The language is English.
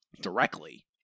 directly